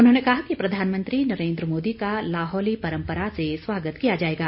उन्होंने कहा कि प्रधानमंत्री नरेंद्र मोदी का लाहौली परम्परा से स्वागत किया जाएगा